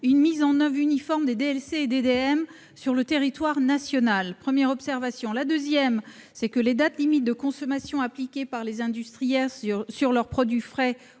une mise en oeuvre uniforme des DLC et DDM sur le territoire national. Deuxièmement, les dates limites de consommation appliquées par les industriels sur leurs produits frais